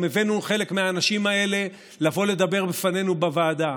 גם הבאנו חלק מהאנשים האלה לבוא לדבר בפנינו בוועדה.